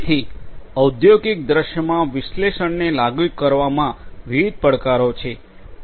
તેથી ઔદ્યોગિક દૃશ્યમાં વિશ્લેષણને લાગુ કરવામાં વિવિધ પડકારો છે